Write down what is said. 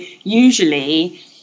usually